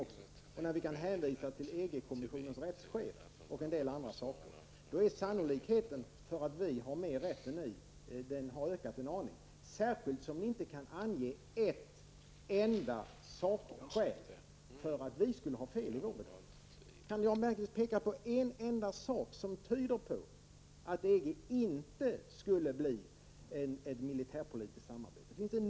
När vi då kan hänvisa bl.a. till EG-kommissionens rättschef, har sannolikheten för att vi har mer rätt än ni ökat en aning, särskilt som ni inte kan ange ett enda sakskäl för att vi skulle ha fel i vår bedömning. Kan Jan Bergqvist peka på en enda sak som tyder på att EG inte skulle bli ett militärpolitiskt samarbetsorgan?